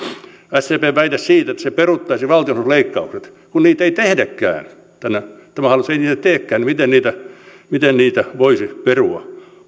pakoa sdpn väite siitä että se peruuttaisi valtionosuusleikkaukset kun tämä hallitus ei niitä teekään niin miten niitä voisi perua